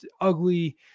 ugly